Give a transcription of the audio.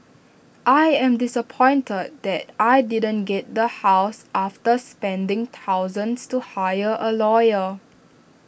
I am disappointed that I didn't get the house after spending thousands to hire A lawyer